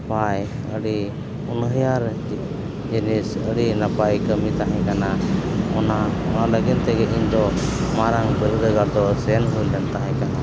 ᱵᱟᱭ ᱟᱹᱰᱤ ᱚᱱᱩᱭᱦᱟᱹᱨ ᱡᱤᱱᱤᱥ ᱟᱹᱰᱤ ᱱᱟᱯᱟᱭ ᱠᱟᱹᱢᱤ ᱛᱟᱦᱮᱸ ᱠᱟᱱᱟ ᱚᱱᱟ ᱚᱱᱟ ᱞᱟᱹᱜᱤᱫ ᱛᱮᱜᱮ ᱤᱧ ᱫᱚ ᱢᱟᱨᱟᱝ ᱵᱤᱨᱫᱟᱹᱜᱟᱲ ᱫᱚ ᱥᱮᱱ ᱦᱩᱭ ᱞᱮᱱ ᱛᱟᱦᱮᱸ ᱠᱟᱱᱟ